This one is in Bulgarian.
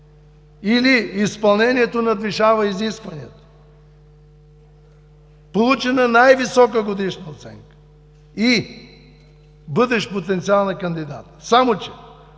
или изпълнението надвишава изискванията. Получена най-висока годишна оценка и бъдещ потенциал на кандидата. Само че